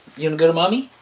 you gonna go to mommy?